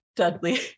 Dudley